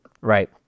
Right